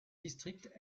district